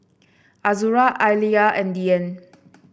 Azura Alya and Dian